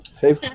Hey